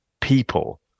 people